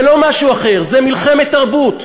זה לא משהו אחר, זאת מלחמת תרבות.